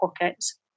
pockets